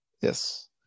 Yes